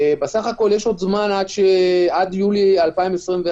בסך הכול יש זמן עד יולי 21,